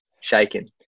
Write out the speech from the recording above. shaking